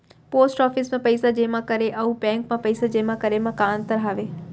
post office मा पइसा जेमा करे अऊ बैंक मा पइसा जेमा करे मा का अंतर हावे